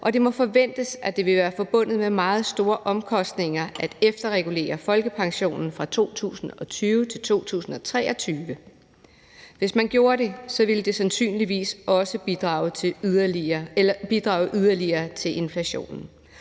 og det må forventes, at det vil være forbundet med meget store omkostninger at efterregulere folkepensionen fra 2020-2023. Hvis man gjorde det, ville det sandsynligvis også bidrage yderligere til inflationen.